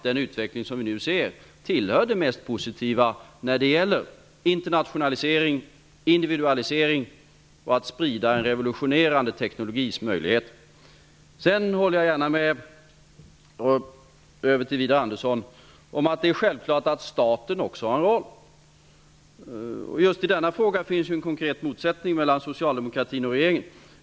Den utveckling som vi nu ser tillhör det mest positiva när det gäller internationalisering, individualisering och att sprida en revolutionerande teknologis möjligheter. Jag håller gärna med Widar Andersson om att det är självklart att staten också har en roll. Just i denna fråga finns en konkret motsättning mellan socialdemokratin och regeringen.